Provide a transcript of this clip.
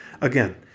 Again